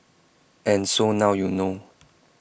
and so now you know